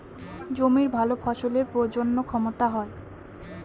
জমির ভালো ফসলের প্রজনন ক্ষমতা হয়